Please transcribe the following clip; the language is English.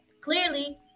clearly